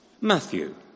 Matthew